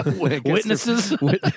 Witnesses